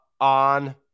on